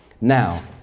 Now